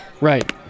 Right